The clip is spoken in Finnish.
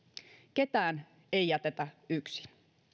ketään ei jätetä yksin